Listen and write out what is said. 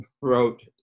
wrote